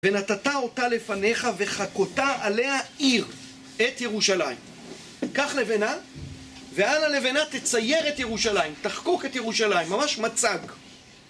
ונתתה אותה לפניך, וחכותה עליה עיר, את ירושלים. קח לבנה, ועל הלבנה תצייר את ירושלים, תחקוק את ירושלים, ממש מצג.